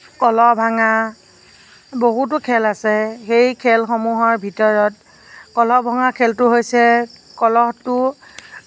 কলহ ভঙা বহুতো খেল আছে সেই খেলসমূহৰ ভিতৰত কলহ ভঙা খেলটো হৈছে কলহটো